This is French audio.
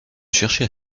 chercher